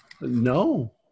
No